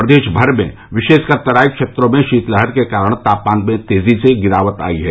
प्रदेश भर में विशेषकर तराई क्षेत्रों में शीतलहर के कारण तापमान में तेजी से गिरावट आयी है